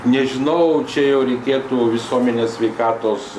nežinau čia jau reikėtų visuomenės sveikatos